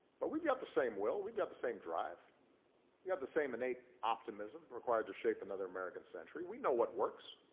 but we've got the same will. we got the same drive. we got the same innate optimism required to shape another american century. we know what works.